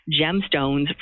gemstones